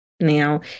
now